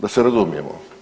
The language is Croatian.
Da se razumijemo.